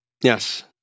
Yes